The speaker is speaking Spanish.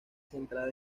centrada